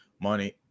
money